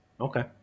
Okay